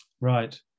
right